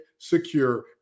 Secure